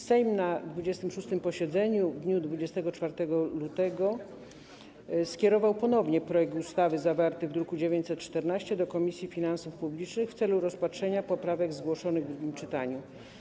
Sejm na 26. posiedzeniu w dniu 24 lutego skierował ponownie projekt ustawy zawarty w druku nr 914 do Komisji Finansów Publicznych w celu rozpatrzenia poprawek zgłoszonych w drugim czytaniu.